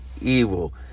evil